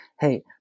hey